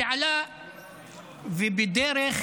שעלה ובדרך